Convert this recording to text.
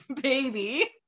baby